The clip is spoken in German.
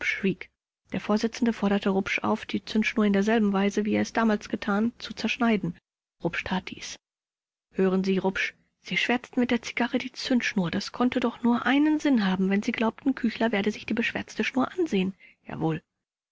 der vorsitzende forderte rupsch auf die zündschnur in derselben weise wie er es damals getan zu zerschneiden rupsch tat dies vors hören sie rupsch sie schwärzten mit der zigarre die zündschnur das konnte doch nur einen sinn haben wenn sie glaubten küchler werde sich die beschwärzte schnur ansehen rupsch jawohl